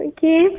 Okay